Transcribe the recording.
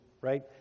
right